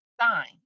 sign